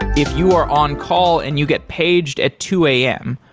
if you are on-call and you get paged at two am,